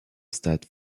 stade